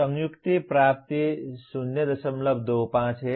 संयुक्त प्राप्ति 025 है